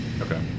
Okay